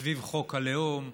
סביב חוק הלאום,